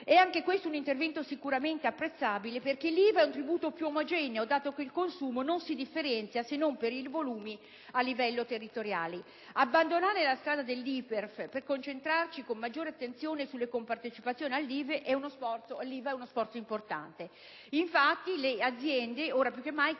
È anche questo un intervento sicuramente apprezzabile, perché l'IVA è un tributo più omogeneo, dato che il consumo non si differenzia, se non per i volumi, a livello territoriale. Abbandonare la strada dell'IRPEF, dunque, per concentrarci con maggiore attenzione sulle compartecipazioni all'IVA è uno sforzo importante.